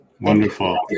wonderful